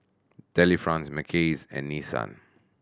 Delifrance Mackays and Nissan